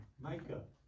makeup